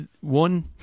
one